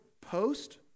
Post